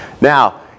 Now